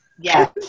Yes